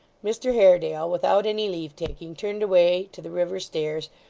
mr haredale, without any leave-taking, turned away to the river stairs,